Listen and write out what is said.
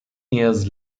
years